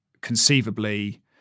conceivably